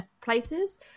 places